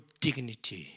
dignity